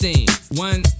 One